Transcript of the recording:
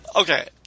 okay